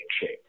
shape